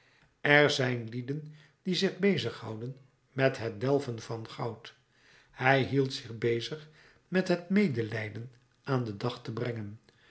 er zijn lieden die zich bezighouden met het delven van goud hij hield zich bezig met het medelijden aan den dag te brengen